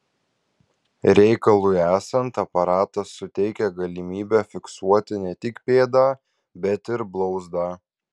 reikalui esant aparatas suteikia galimybę fiksuoti ne tik pėdą bet ir blauzdą